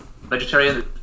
vegetarian